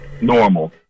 normal